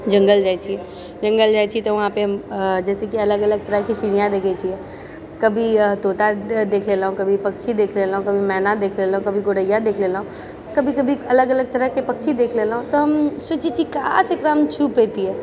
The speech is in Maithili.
जङ्गल जाइ छियै जङ्गल जाइ छियै तऽ वहाँ पे हम जइसे कि अलग अलग तरहके चिड़ियाँ देखै छियै कभी तोता देख लेलहुॅं कभी पक्षी देख लेलहुॅं कभी मैना देख लेलहुॅं कभी गौरैया देख लेलहुॅं कभी कभी अलग अलग तरहके पक्षी देख लेलहुॅं तऽ हम सोचै छियै काश एकरा हम छू पैतियै